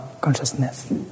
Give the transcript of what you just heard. consciousness